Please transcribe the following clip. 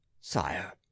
sire